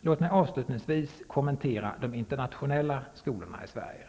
Låt mig avslutningsvis kommentera de internationella skolorna i Sverige.